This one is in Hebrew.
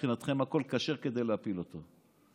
מבחינתכם הכול כשר כדי להפיל אותו.